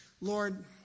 Lord